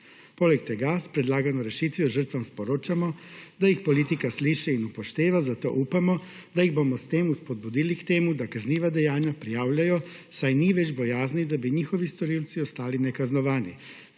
Poleg tega s predlagano rešitvijo žrtvam sporočamo, da jih politika sliši in upošteva, zato upamo, da jih bomo s tem vzpodbudili k temu, da kazniva dejanja prijavljajo, saj ni več bojazni, da bi njihovi storilci ostali nekaznovani,